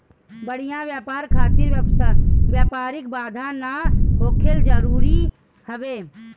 बढ़िया व्यापार खातिर व्यापारिक बाधा ना होखल जरुरी हवे